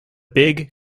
big